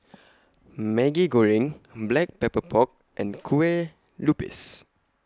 Maggi Goreng Black Pepper Pork and Kueh Lupis